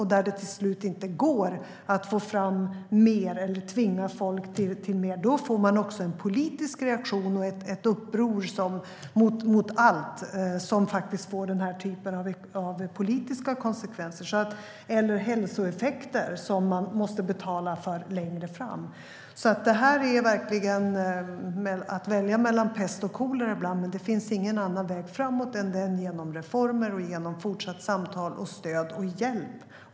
När det till sist inte går att få fram mer eller tvinga folk till mer får man en politisk reaktion och ett uppror mot allt som får den här typen av politiska konsekvenser eller hälsoeffekter, som man måste betala för längre fram. Det är ibland verkligen att välja mellan pest och kolera. Men det finns ingen annan väg framåt än den genom reformer, fortsatt samtal, stöd och hjälp.